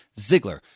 Ziggler